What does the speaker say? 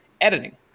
editing